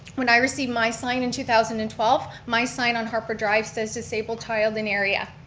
when i received my sign in two thousand and twelve, my sign on harper drive says, disabled child in area.